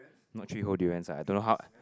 not three whole durians uh I don't know how